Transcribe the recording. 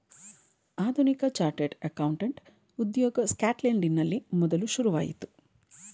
ಆಧುನಿಕ chartered accountant ಉದ್ಯೋಗ ಸ್ಕಾಟ್ಲೆಂಡಿನಲ್ಲಿ ಮೊದಲು ಶುರುವಾಯಿತು